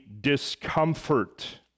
discomfort